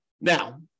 Now